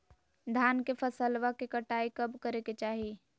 धान के फसलवा के कटाईया कब करे के चाही?